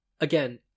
again